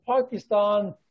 Pakistan